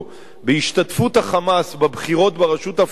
בהשתתפות ה"חמאס" בבחירות ברשות הפלסטינית.